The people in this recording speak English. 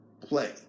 play